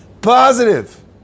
positive